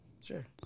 Sure